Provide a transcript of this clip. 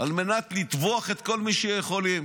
על מנת לטבוח את כל מי שהם יכולים.